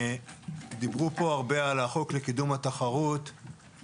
דיברו פה הרבה על החוק לקידום התחרות ועל